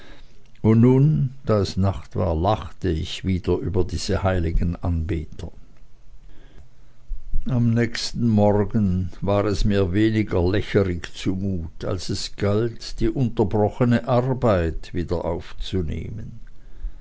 und nun da es nacht war lachte ich wieder über diese heiligenanbeter am nächsten morgen war es mir weniger lächerig zu mut als es galt die unterbrochene arbeit wiederaufzunehmen